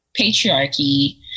patriarchy